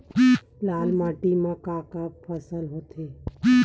लाल माटी म का का फसल होथे?